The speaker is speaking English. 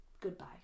Goodbye